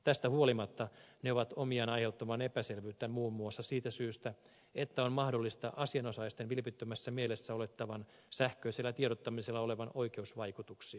tästä huolimatta ne ovat omiaan aiheuttamaan epäselvyyttä muun muassa siitä syystä että on mahdollista että asianosaiset vilpittömässä mielessä olettavat sähköisellä tiedottamisella olevan oikeusvaikutuksia